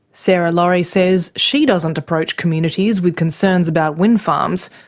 sarah laurie says she doesn't approach communities with concerns about wind farms,